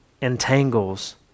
entangles